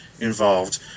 involved